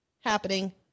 happening